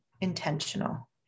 intentional